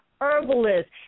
herbalist